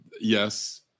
Yes